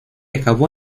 acabó